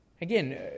Again